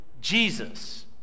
Jesus